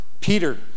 Peter